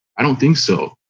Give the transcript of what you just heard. i don't think so.